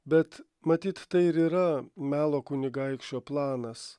bet matyt tai ir yra melo kunigaikščio planas